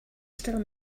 still